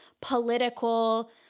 political